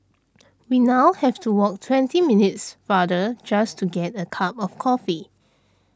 we now have to walk twenty minutes farther just to get a cup of coffee